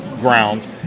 grounds